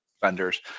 vendors